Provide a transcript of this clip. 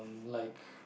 like